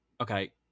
okay